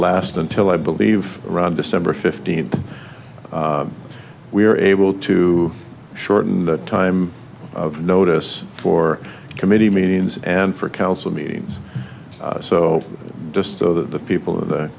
last until i believe around december fifteenth we are able to shorten the time of notice for committee meetings and for council meetings so just of the people in the